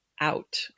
out